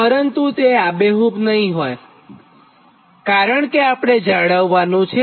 પરંતુ તે આબેહૂબ નહીં હોયકારણ કે આપણે એ જાળવ્વાનું છે